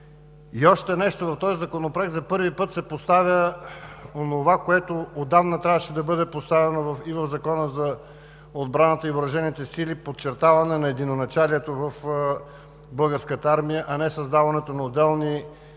И още нещо. В този законопроект за първи път се поставя онова, което отдавна трябваше да бъде поставено и в Закона за отбраната и въоръжените сили – подчертаване на единоначалието в Българската армия, а не създаването на отделни острови